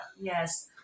Yes